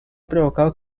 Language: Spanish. provocado